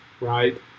right